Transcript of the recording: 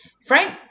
Frank